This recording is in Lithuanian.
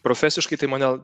profesiškai tai mane